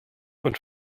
von